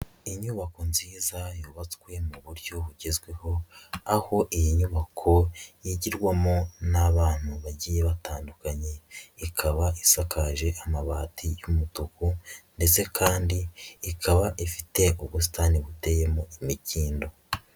Inyubako nziza yubatswe mu buryo bugezweho aho iyi nyubako yigirwamo n'abantu bagiye batandukanye, ikaba isakaje amabati y'umutuku ndetse kandi ikaba ifite ubusitani buteyemo mu imikindo.